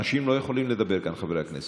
אנשים לא יכולים לדבר כאן, חברי הכנסת.